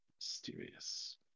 Mysterious